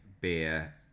beer